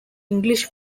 english